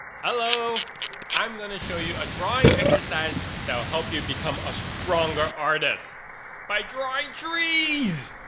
hello i'm gonna show you a drawing exercise that will help you become a stronger artist by drawing trees